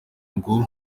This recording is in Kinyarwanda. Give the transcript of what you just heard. ngo